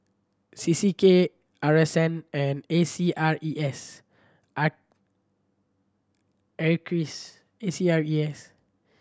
C C K R S N and A C R E S R A C R E S